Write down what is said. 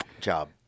job